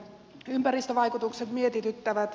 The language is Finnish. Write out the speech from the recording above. ympäristövaikutukset mietityttävät